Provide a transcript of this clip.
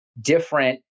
different